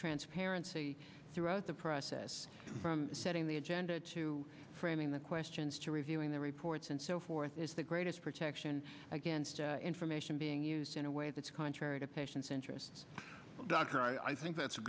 transparency throughout the process from setting the agenda to framing the questions to reviewing their reports and so forth is the greatest protection against information being used in a way that's contrary to patients interests dr i i think that's a